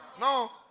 No